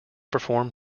perform